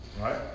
right